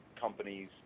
companies